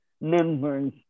members